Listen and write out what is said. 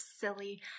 silly